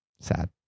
Sad